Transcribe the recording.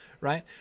right